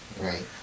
Right